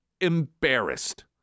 embarrassed